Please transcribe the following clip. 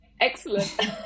Excellent